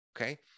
okay